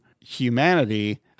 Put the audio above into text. humanity